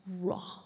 wrong